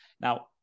now